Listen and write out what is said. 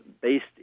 based